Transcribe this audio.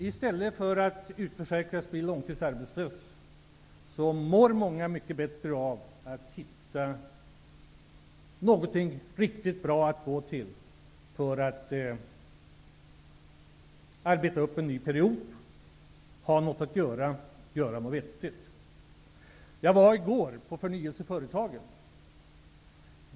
I stället för att utförsäkras och bli långtidsarbetslösa mår många mycket bättre av att hitta någonting riktigt bra att gå till för att arbeta upp en ny ersättningsperiod, ha något att göra, göra något vettigt. Jag var i går på Förnyelseföretagen.